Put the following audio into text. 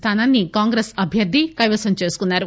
స్దానాన్ని కాంగ్రెస్ అభ్యర్ది కైవసం చేసుకున్నారు